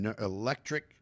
electric